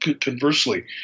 Conversely